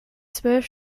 zwölf